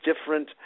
different